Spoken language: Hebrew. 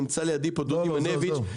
נמצא לידי דודי מנביץ',